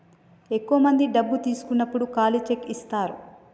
ఎక్కువ మంది డబ్బు తీసుకున్నప్పుడు ఖాళీ చెక్ ఇత్తారు